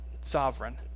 sovereign